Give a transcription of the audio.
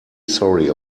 sorry